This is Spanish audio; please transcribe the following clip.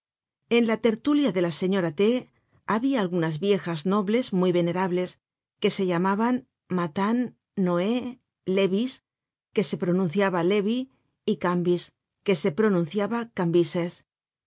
en la tertulia de la señora t habia algunas viejas nobles muy venerables que se llamaban mathan noé lévis que se pronunciaba levi y cambis que se pronunciaba cambises